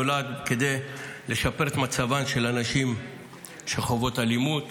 נולד כדי לשפר את מצבן של הנשים שחוות אלימות